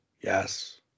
Yes